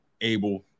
able